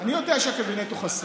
אני יודע שהקבינט הוא חסוי,